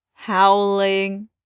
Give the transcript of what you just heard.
Howling